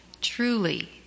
Truly